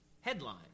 Headline